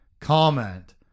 comment